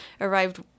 arrived